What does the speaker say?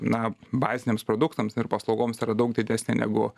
na baziniams produktams ir paslaugoms yra daug didesnė negu